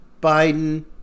Biden